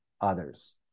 others